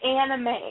anime